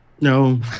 No